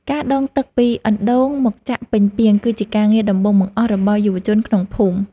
ការដងទឹកពីអណ្តូងមកចាក់ពេញពាង គឺជាការងារដំបូងបង្អស់របស់យុវជនក្នុងភូមិ។